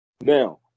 Now